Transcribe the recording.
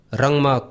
rangma